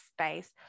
space